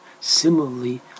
Similarly